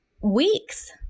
weeks